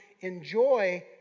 enjoy